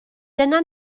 dyna